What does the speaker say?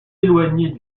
éloignée